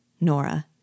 Nora